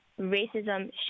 racism